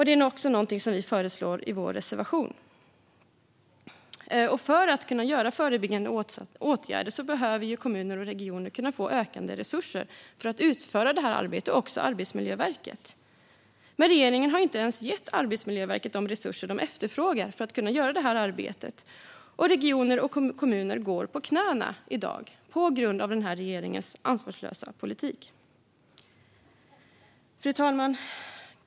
Det är också någonting vi föreslår i vår reservation. För att kunna vidta förebyggande åtgärder behöver kommuner och regioner få ökade resurser. Det gäller även Arbetsmiljöverket, men regeringen har inte gett Arbetsmiljöverket de resurser man efterfrågar för att kunna göra detta arbete. Regioner och kommuner går i dag på knäna på grund av den här regeringens ansvarslösa politik. Fru talman!